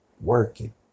working